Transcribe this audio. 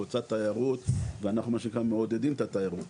רוצה תיירות ואנחנו מעודדים את התיירות,